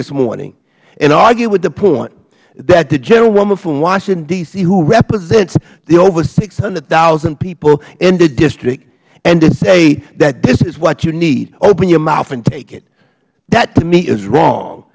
this morning and argue with the point that the gentlewoman from washington d c who represents the over six hundred thousand people in the district and to say that this is what you need open your mouth and take it that to me is wrong